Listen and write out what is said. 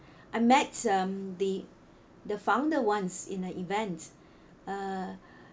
I met um the the founder once in the event uh